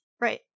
Right